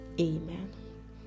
amen